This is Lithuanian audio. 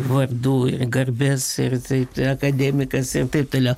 vardų garbės ir taip tai akademikas ir taip toliau